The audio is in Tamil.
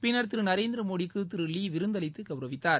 பின்னர் திரு நரேந்திர மோடிக்கு திரு லீ விருந்தளித்து கௌரவித்தார்